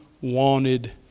wanted